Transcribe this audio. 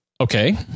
okay